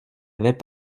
avait